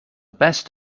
best